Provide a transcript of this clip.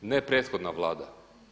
Ne prethodna Vlada.